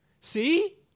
See